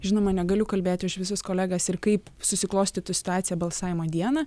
žinoma negaliu kalbėti už visas kolegas ir kaip susiklostytų situacija balsavimo dieną